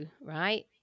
right